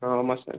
ஆ ஆமாம் சார்